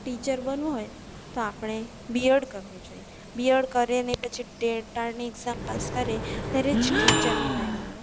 teacher બનવું હોય તો આપણે બીએડ કરવું જોઈએ બીએડ કરીએ પછી ટેટ ટાટની એક્ઝામ પાસ કરીએ ત્યારે જ ટીચરની લાઈનમાં